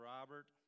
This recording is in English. Robert